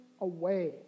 away